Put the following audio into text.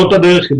זאת הדרך.